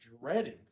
dreading